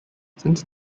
since